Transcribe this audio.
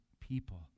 people